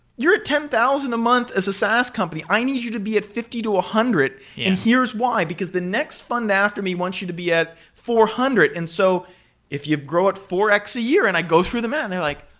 you're a ten thousand month as a sass company. i need you to be at fifty to one ah hundred, and here's why, because the next fund after me wants you to be at four hundred. and so if you grow it four x a year and i go through the man, they're like,